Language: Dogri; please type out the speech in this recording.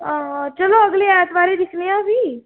हां चलो अगले ऐतबारें दिक्खनेआं फ्ही